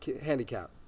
handicap